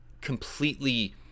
completely